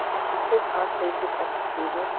and she took our places at the table,